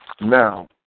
Now